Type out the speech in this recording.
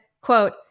quote